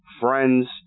friends